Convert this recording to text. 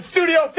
Studio